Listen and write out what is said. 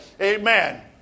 Amen